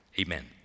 amen